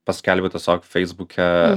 paskelbiau tiesiog feisbuke